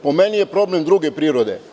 Po meni je problem druge prirode.